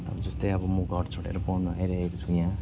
अब जस्तै अब म घर छोडेर पढ्नु आइरहेको छु यहाँ